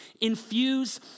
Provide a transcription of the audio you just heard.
infuse